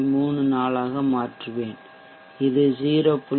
34 ஆக மாற்றுவேன் இது 0